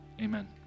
amen